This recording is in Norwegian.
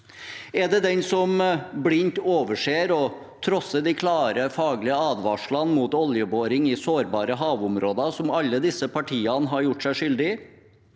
Er det den som blindt overser og trosser de klare faglige advarslene mot oljeboring i sårbare havområder, som alle disse partiene har gjort seg skyldig i?